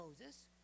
Moses